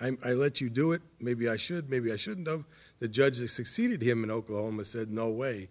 i let you do it maybe i should maybe i shouldn't of the judge who succeeded him in oklahoma said no way